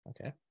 Okay